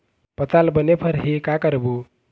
पताल बने फरही का करबो?